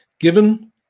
Given